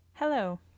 Hello